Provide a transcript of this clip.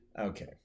Okay